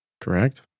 Correct